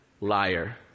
liar